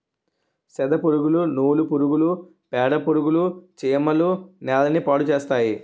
సెదపురుగులు నూలు పురుగులు పేడపురుగులు చీమలు నేలని పాడుచేస్తాయి